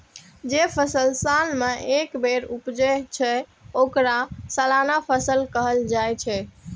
जे फसल साल मे एके बेर उपजै छै, ओकरा सालाना फसल कहल जाइ छै